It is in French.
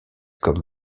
comme